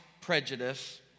prejudice